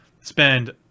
spend